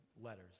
letters